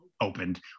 opened